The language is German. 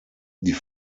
die